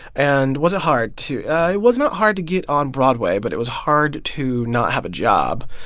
and was it hard to yeah it was not hard to get on broadway, but it was hard to not have a job.